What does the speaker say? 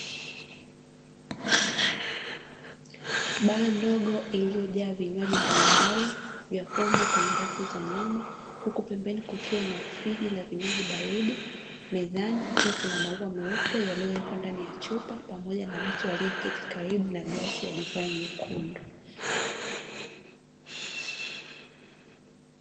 Baa ndogo iliyojaa vinywaji mabalimbali vya pombe kwenye rafu za nyuma huku pembeni kukiwa na friji la vinywaji baridi mezani kukiwa kuna maua meupe yaliyowekwa ndani ya chupa pamoja na mtu aliyeketi karibu na glasi ya divai nyekundu.